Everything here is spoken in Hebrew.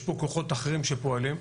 יש פה כוחות אחרים שפועלים,